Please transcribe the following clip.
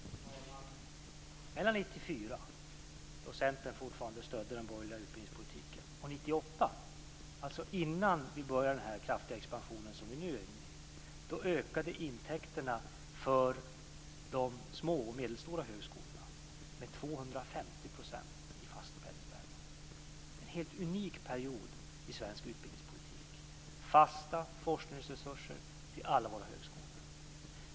Fru talman! Redan 1994, då Centern fortfarande stödde den borgerliga utbildningspolitiken, och 1998, dvs. innan vi började den kraftiga expansion som vi nu är inne i, ökade intäkterna för de små och medelstora högskolorna med 250 % i fast penningvärde. Det var en helt unik period i svensk utbildningspolitik. Det var fasta forskningsresurser till alla våra högskolor.